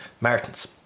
Martins